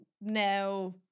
now